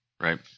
right